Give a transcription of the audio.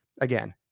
Again